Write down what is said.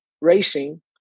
racing